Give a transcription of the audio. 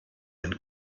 and